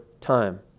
time